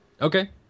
Okay